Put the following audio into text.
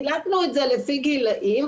חילקנו את זה לפי גילאים,